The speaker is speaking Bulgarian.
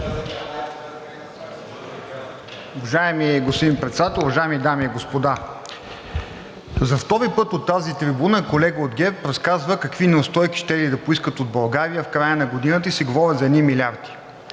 Уважаеми господин Председател, уважаеми дами и господа! За втори път от тази трибуна колега от ГЕРБ разказва какви неустойки щели да поискат от България в края на годината и си говорят за едни милиарди.